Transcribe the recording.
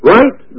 Right